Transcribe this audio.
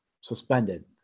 suspended